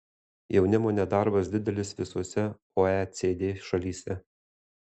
jaunimo nedarbas didelis visose oecd šalyse